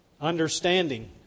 Understanding